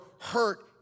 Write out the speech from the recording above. hurt